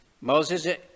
Moses